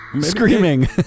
screaming